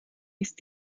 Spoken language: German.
ist